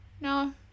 No